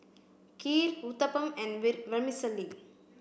Kheer Uthapam and Vermicelli